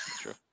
true